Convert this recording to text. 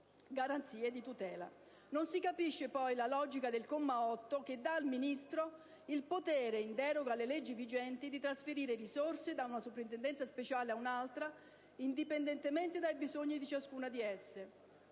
Non si capisce poi la logica del comma 8 che dà al Ministro il potere, in deroga alle leggi vigenti, di trasferire risorse da una soprintendenza speciale a un'altra, indipendentemente dai bisogni di ciascuna di esse